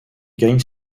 gagne